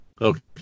Okay